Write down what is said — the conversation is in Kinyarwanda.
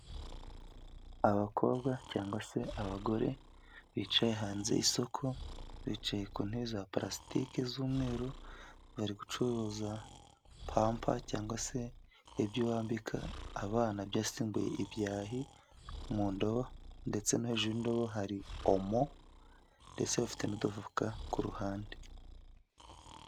Abakobwa cyangwa se abagore bicaye hanze y'isoko, bicaye ku ntebe za palastike z'umweru, bari gucuruza pampa cyangwa se ibyo bambika abana byasimbuye ibyahi mu ndobo, ndetse no hejuru y'indobo hari omo, ndetse bafite n'ufuka ku ruhande.